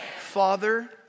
Father